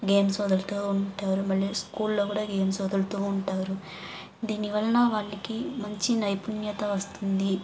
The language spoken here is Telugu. గేమ్స్ వదులుతూ ఉంటారు మళ్లి స్కూల్లో కూడా గేమ్స్ వదులుతూ ఉంటారు దీని వలన వాళ్ళికి మంచి నైపుణ్యత వస్తుంది